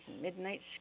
midnight